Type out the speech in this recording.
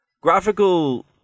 graphical